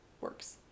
works